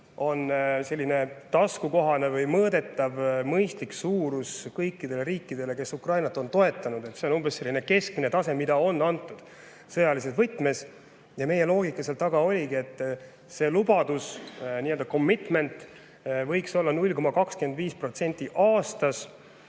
on selline taskukohane või mõõdetav mõistlik suurus kõikidele riikidele, kes on Ukrainat toetanud. See on umbes selline keskmine tase, mida on antud sõjalises võtmes. Meie loogika seal taga oligi see, et see lubadus, nii-öeldacommitmentvõiks olla 0,25% aastas.